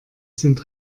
sind